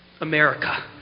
America